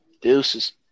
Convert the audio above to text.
Deuces